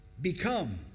Become